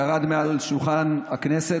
ירד מעל שולחן הכנסת,